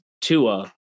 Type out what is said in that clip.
Tua